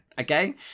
okay